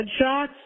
headshots